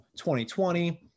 2020